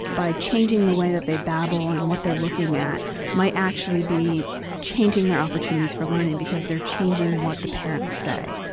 by changing the way that they babble and what they're looking at might actually be changing their opportunities for learning because they're changing what the parents say.